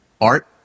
art